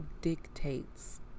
dictates